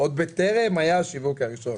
עוד בטרם היה השיווק הראשון.